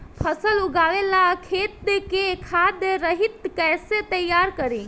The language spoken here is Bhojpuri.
फसल उगवे ला खेत के खाद रहित कैसे तैयार करी?